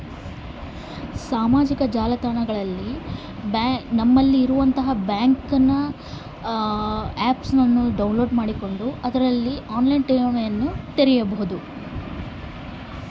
On line ಠೇವಣಿ ತೆರೆಯೋದು ಹೆಂಗ?